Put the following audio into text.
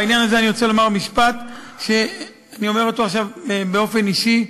בעניין הזה אני רוצה לומר משפט שאני אומר אותו עכשיו באופן אישי,